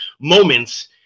moments